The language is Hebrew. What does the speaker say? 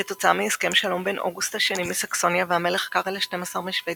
כתוצאה מהסכם שלום בין אוגוסט השני מסקסוניה והמלך קרל ה-12 משוודיה,